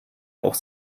auch